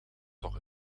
toch